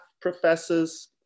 professors